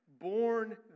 born